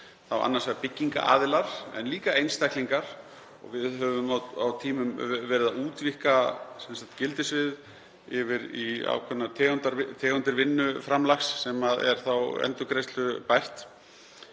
annars vegar byggingaraðilar en líka einstaklingar. Við höfum á tímum verið að útvíkka gildissvið yfir í ákveðnar tegundir vinnuframlags sem er þá endurgreiðslubært.